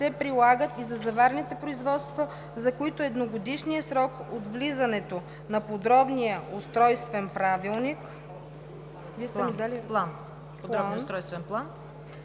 се прилагат и за заварените производства, за които едногодишният срок от влизането на подробния устройствен план